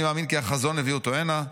אני מאמין כי החזון הביא אותנו הנה,